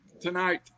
tonight